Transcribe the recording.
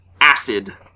acid